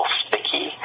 sticky